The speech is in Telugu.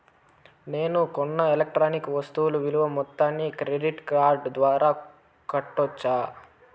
నేను కొన్న ఎలక్ట్రానిక్ వస్తువుల విలువ మొత్తాన్ని క్రెడిట్ కార్డు ద్వారా కట్టొచ్చా?